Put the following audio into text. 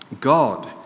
God